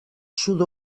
sud